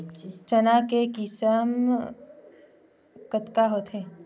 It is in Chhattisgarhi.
चना के किसम कतका होथे?